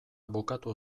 bukatu